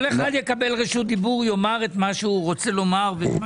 כל אחד יקבל רשות דיבור ויאמר מה שהוא רוצה לומר.